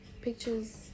pictures